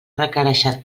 requereixen